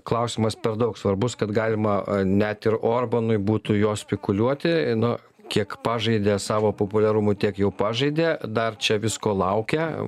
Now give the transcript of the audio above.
klausimas per daug svarbus kad galima net ir orbanui būtų juo spikuliuoti nu kiek pažaidė savo populiarumu tiek jau pažaidė dar čia visko laukia